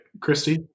Christy